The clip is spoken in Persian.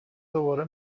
دوباره